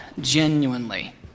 genuinely